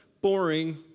boring